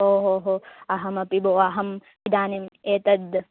ओ हो हो अहमपि भोः अहम् इदानीम् एतद्